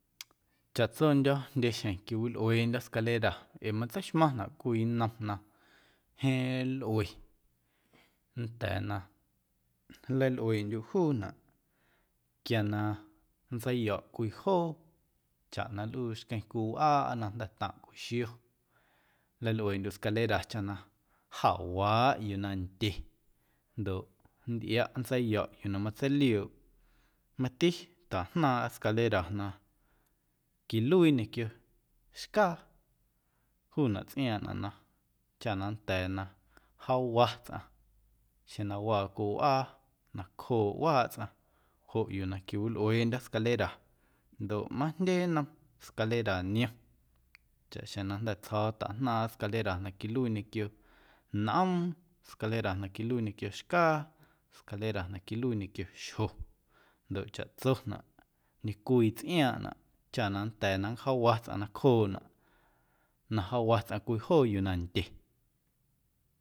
Chaꞌtsondyo̱ jndyexjeⁿ quiwilꞌueeꞌndyo scalera ee matseixmaⁿnaꞌ cwii nnom na jeeⁿ lꞌue nnda̱a̱ na nleilꞌueeꞌndyuꞌ juunaꞌ quia na nntseiyo̱ꞌ cwii joo chaꞌ na nlꞌuu xqueⁿ cwii wꞌaa aa na jnda̱ taⁿꞌ cwii xio nleilꞌueeꞌndyuꞌ scalera chaꞌ na jawaaꞌ yuu na nndye ndoꞌ nntꞌiaꞌ nntseiyo̱ꞌ yuu na matseiliooꞌ mati tajnaaⁿꞌa scalera na quiluii ñequio xcaa juunaꞌ tsꞌiaaⁿꞌnaꞌ na chaꞌ na nnda̱a̱ na jaawa tsꞌaⁿ xeⁿ na waa cwii wꞌaa nacjooꞌ waaꞌ tsꞌaⁿ joꞌ yuu na quiwilꞌueeꞌndyo̱ scalera ndoꞌ majndye nnom scalera niom chaꞌxjeⁿ na jnda̱ tsjo̱o̱ tajnaaⁿꞌa scalera na quiluii ñequio nꞌoom, scalera na quiluii ñequio xcaa, scalara na quiluii ñequio xjo ndoꞌ chaꞌtsonaꞌ ñecwii tsꞌiaaⁿꞌnaꞌ chaꞌ na nnda̱a̱ na nncjaawa tsꞌaⁿ nacjoonaꞌ na jaawa tsꞌaⁿ cwii joo yuu na ndye.